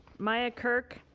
maya kirk,